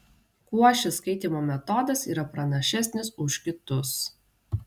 kuo šis skaitymo metodas yra pranašesnis už kitus